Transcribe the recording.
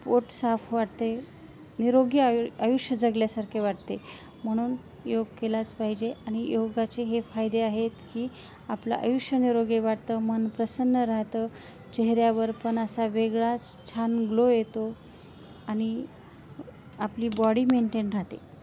पोट साफ वाटते निरोगी आयु आयुष्य जगल्यासारखे वाटते म्हणून योग केलाच पाहिजे आणि योगाचे हे फायदे आहेत की आपलं आयुष्य निरोगी वाटतं मन प्रसन्न राहतं चेहऱ्यावर पण असा वेगळाच छान ग्लो येतो आणि आपली बॉडी मेंटेन राहते